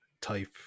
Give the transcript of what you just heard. type